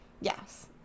Yes